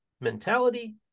mentality